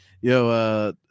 yo